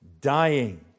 dying